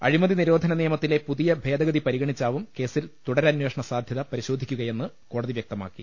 അഴിമതി നിരോധന നിയമത്തിലെ പുതിയ ഭേദഗതി പരിഗണി ച്ചാവും കേസിൽ തുടരമ്പേഷണ സാധ്യത പരിശോധിക്കുകയെന്ന് കോടതി വ്യക്തമാക്കി